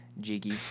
Jiggy